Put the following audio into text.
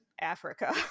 Africa